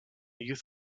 youth